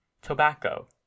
Tobacco